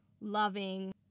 loving